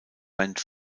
band